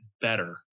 better